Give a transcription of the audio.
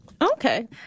Okay